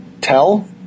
tell